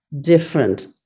different